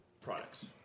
products